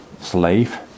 slave